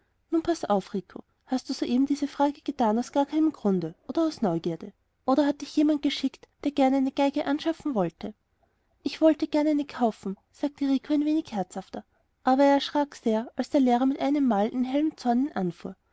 rico hast du soeben diese frage getan aus gar keinem grunde oder aus neugierde oder hat dich jemand geschickt der gern eine geige anschaffen wollte ich wollte gern eine kaufen sagte rico ein wenig herzhafter aber er erschrak sehr als der lehrer mit einem male in hellem zorn ihn